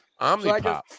Omnipop